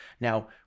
Now